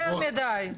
יותר מידי.